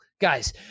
Guys